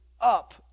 up